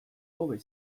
hobe